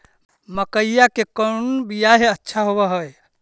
मकईया के कौन बियाह अच्छा होव है?